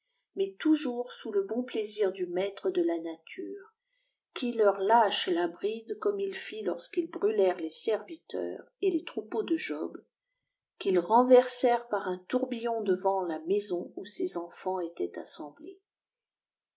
mais toujours sous le bon plaisir du maître de la nature qui leur lâche la bride comme il fit lorsqu'ils brûlèrent les serviteurs et les troupeaux de job qu'ils renversèrent par un tourbillon de vent la maison où ses enfants étaient assemblés